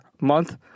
month